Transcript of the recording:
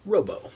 Robo